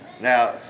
Now